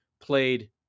played